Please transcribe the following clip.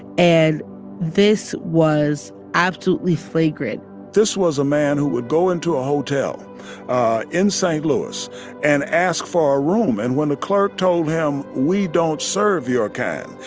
and this was absolutely flagrant this was a man who would go into a hotel in st. louis and ask for a room. and when the clerk told him, we don't serve your kind,